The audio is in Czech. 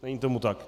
Není tomu tak.